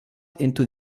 into